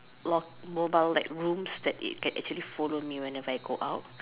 lock mobile like rooms that it can actually follow me whenever I go out